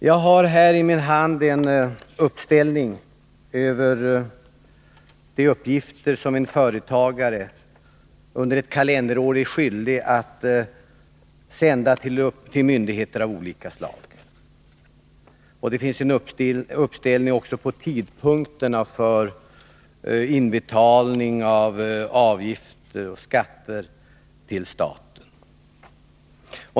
Jag har i min hand en uppställning över de uppgifter som en företagare under ett kalenderår är skyldig att sända till myndigheter av olika slag. Det finns också en uppställning på tidpunkterna för inbetalning av avgifter och skatter till staten.